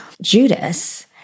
Judas